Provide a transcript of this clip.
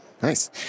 Nice